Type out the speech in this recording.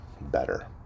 better